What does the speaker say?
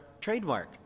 trademark